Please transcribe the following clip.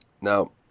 Now